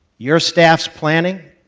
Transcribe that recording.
your staff's planning